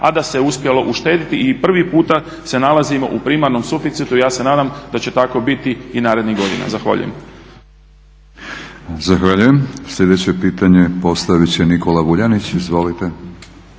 a da se uspjelo uštediti i prvi puta se nalazimo u primarnom suficitu. Ja se nadam da će tako biti i narednih godina. Zahvaljujem. **Batinić, Milorad (HNS)** Zahvaljujem. Sljedeće pitanje postavit će Nikola Vuljanić. Izvolite.